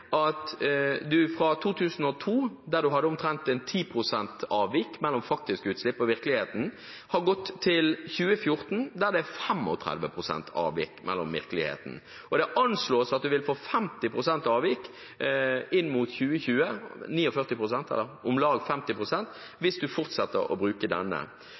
omtrent 10 pst. mellom faktiske utslipp og virkeligheten, har gått til 35 pst. avvik i forhold til virkeligheten i 2014. Og det anslås at man vil få 50 pst. avvik inn mot 2020 – 49 pst. eller om lag 50 pst. – hvis man fortsetter å bruke denne